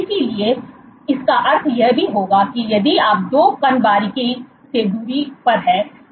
इसलिए इसका अर्थ यह भी होगा कि यदि 2 कण बारीकी से दूरी पर है उन्हें हल करने असंभव है